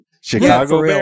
Chicago